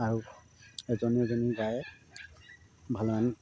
আৰু এজনী এজনী গাই ভালেমান